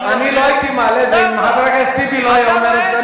אני לא הייתי מעלה את זה אם חבר הכנסת טיבי לא היה אומר את זה.